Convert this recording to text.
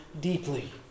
deeply